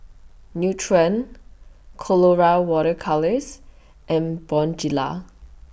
Nutren Colora Water Colours and Bonjela